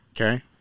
Okay